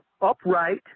upright